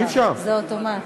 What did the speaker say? אי-אפשר, זה אוטומטי.